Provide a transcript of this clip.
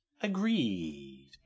Agreed